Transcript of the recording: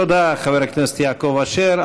תודה, חבר הכנסת יעקב אשר.